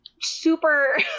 super